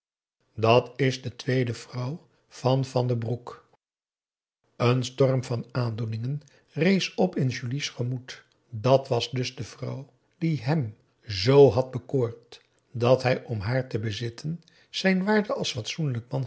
dat is de tweede vrouw van van den broek een storm van aandoeningen rees op in julie's gemoed dàt was dus de vrouw die hem z had bekoord dat hij om haar te bezitten zijn waarde als fatsoenlijk man